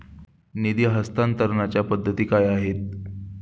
निधी हस्तांतरणाच्या पद्धती काय आहेत?